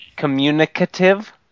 Communicative